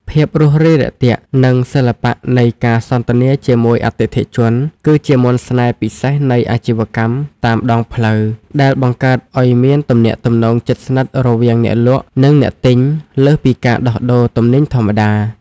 ភាពរួសរាយរាក់ទាក់ និងសិល្បៈនៃការសន្ទនាជាមួយអតិថិជន គឺជាមន្តស្នេហ៍ពិសេសនៃអាជីវកម្មតាមដងផ្លូវ ដែលបង្កើតឱ្យមានទំនាក់ទំនងជិតស្និទ្ធរវាងអ្នកលក់ និងអ្នកទិញលើសពីការដោះដូរទំនិញធម្មតា។